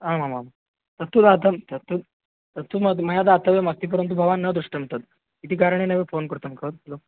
आमामां तत्तु दातं तत्तु तत्तु मया मया दातव्यमस्ति परन्तु भवान् न दृष्टवान् तद् इति कारणेनैव फोन् कृतं खलु खलु